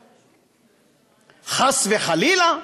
חלילה,